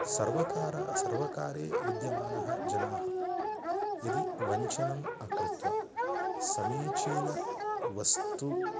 सर्वकारः सर्वकारे विद्यमानः जनाः यदि वञ्चनम् अकृत्वा समीचीनवस्तु